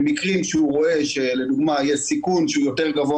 במקרים שהוא רואה שלדוגמה יש סיכון שהוא יותר גבוה